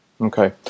Okay